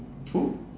who